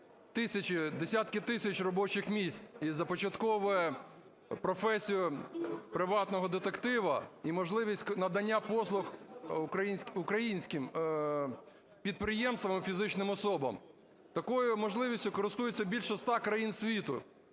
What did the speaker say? десятки тисяч робочих місць і започатковує професію приватного детектива і можливість надання послуг українським підприємствам і фізичним особам. Такою можливістю користується більше ста країн світу.